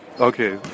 okay